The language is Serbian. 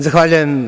Zahvaljujem.